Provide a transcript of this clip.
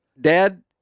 Dad